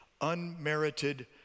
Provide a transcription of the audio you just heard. unmerited